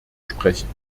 sprechen